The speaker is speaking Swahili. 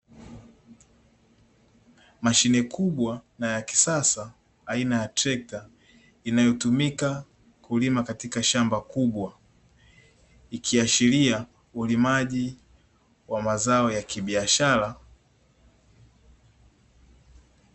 Mashine kubwa na ya kisasa aina ya trekta inayotumika kulima katika shamba kubwa ikiashiria ulimaji wa mazao ya kibiashara.